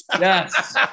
Yes